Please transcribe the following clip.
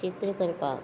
चित्र करपाक